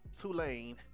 Tulane